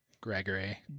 Gregory